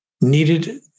needed